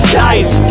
life